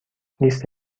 لیست